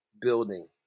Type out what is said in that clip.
building